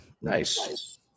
Nice